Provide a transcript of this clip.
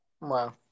Wow